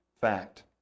fact